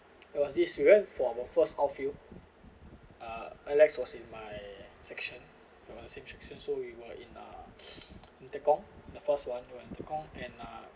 there was this we went for our first outfield uh alex was in my section we are same section so we were in uh tekong the first one we were in tekong and uh